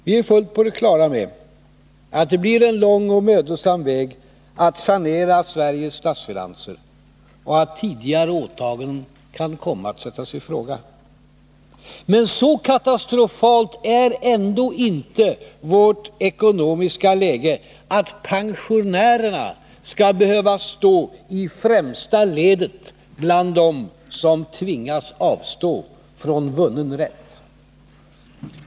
Vi är fullt på det klara med att det blir en lång och mödosam väg att sanera Sveriges statsfinanser och att tidigare åtaganden kan komma att sättas i fråga. Men så katastrofalt är ändå inte vårt ekonomiska läge att pensionärerna skall behöva stå i främsta ledet bland dem som tvingas avstå från vunnen rätt.